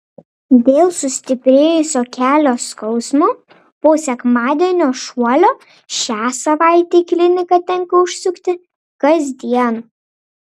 dėl sustiprėjusio kelio skausmo po sekmadienio šuolio šią savaitę į kliniką tenka užsukti kasdien